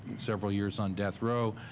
several years on death row.